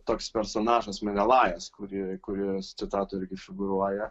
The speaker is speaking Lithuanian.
toks personažas menelajas kuri kuris citatoj irgi figūruoja